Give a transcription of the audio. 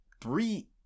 three